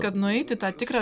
kad nueiti tą tikrą